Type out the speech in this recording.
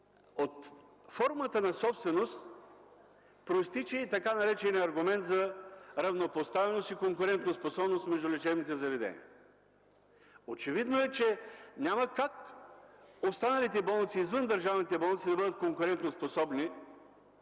от формата на собственост произтича и така нареченият аргумент за равнопоставеност и конкурентноспособност между лечебните заведения. Очевидно е, че няма как останалите болници, извън държавните болници, да бъдат конкурентоспособни